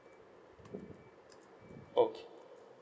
okay